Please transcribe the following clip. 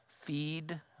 feed